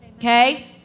Okay